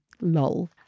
Lol